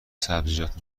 سبزیجات